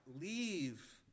leave